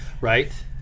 Right